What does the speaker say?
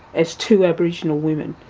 as two aboriginal women,